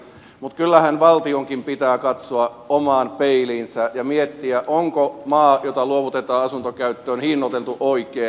mutta kyllähän valtionkin pitää katsoa omaan peiliinsä ja miettiä onko maa jota luovutetaan asuntokäyttöön hinnoiteltu oikein